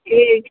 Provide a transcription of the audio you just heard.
ए